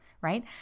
right